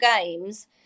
games